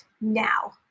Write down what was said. now